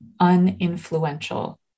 uninfluential